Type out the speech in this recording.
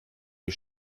die